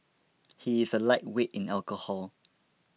he is a lightweight in alcohol